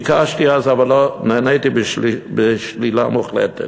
ביקשתי אז אבל נעניתי בשלילה מוחלטת.